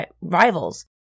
rivals